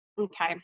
okay